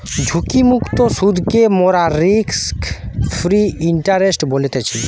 ঝুঁকিমুক্ত সুদকে মোরা রিস্ক ফ্রি ইন্টারেস্ট বলতেছি